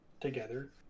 together